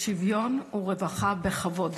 לשוויון ולרווחה בכבוד.